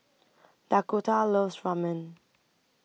Dakotah loves Ramen